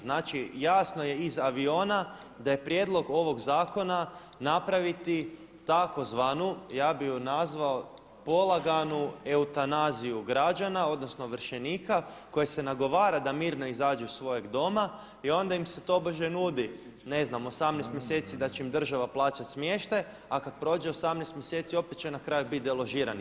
Znači jasno je iz aviona da je prijedlog ovog zakona napraviti tzv. ja bi ju nazvao polaganu eutanaziju građana odnosno ovršenika koje se nagovara da mirno izađu iz svog doma i onda im se tobože nudi, ne znam, 18 mjeseci da će im država plaćati smještaj, a kada prođe 18 mjeseci opet će na kraju biti deložirani.